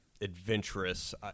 adventurous